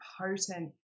potent